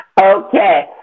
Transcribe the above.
Okay